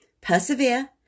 persevere